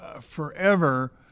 forever